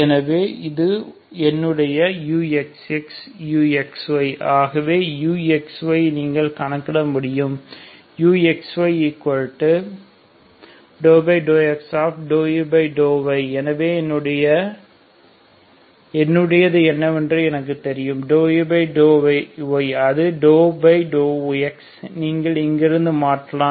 எனவே இது என்னுடைய uxx uxy ஆகவே uxy நீங்கள் கணக்கிட முடியும் uxy∂x∂u∂y எனவே என்னுடையது என்னவென்று எனக்குத் தெரியும் ∂u∂y அது ∂x நீங்கள் இங்கிருந்து மாற்றலாம்